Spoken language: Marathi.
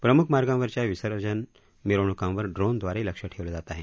प्रमुख मार्गांवरच्या विसर्जन मिरवणुकांवर ड्रोनद्वारे लक्ष ठेवलं जात आहे